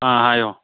ꯑꯥ ꯍꯥꯏꯌꯣ